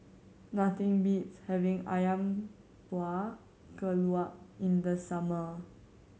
nothing beats having Ayam Buah Keluak in the summer